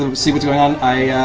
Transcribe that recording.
um see what's going on.